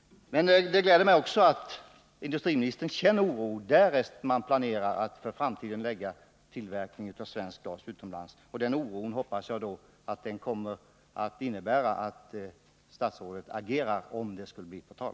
Det gläder mig att industriministern känner oro därest man planerar att för framtiden förlägga tillverkning av svenskt glas utomlands. Den oron hoppas jag kommer att innebära att statsrådet agerar om detta skulle komma på tal.